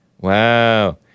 Wow